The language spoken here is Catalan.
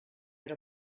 era